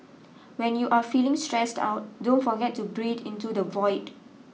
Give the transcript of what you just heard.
when you are feeling stressed out don't forget to breathe into the void